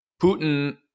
Putin